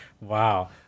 Wow